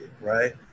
right